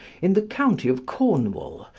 in the county of cornwall,